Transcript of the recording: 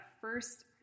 first